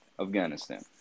Afghanistan